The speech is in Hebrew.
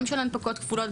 גם של הנפקות כפולות,